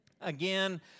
Again